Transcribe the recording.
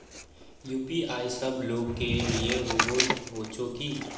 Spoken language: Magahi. यु.पी.आई सब लोग के लिए होबे होचे की?